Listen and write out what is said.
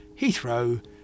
Heathrow